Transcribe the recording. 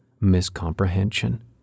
miscomprehension